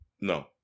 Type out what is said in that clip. No